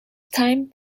time